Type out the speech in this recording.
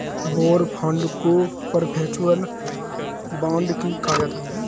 war bond को perpetual bond भी कहा जाता है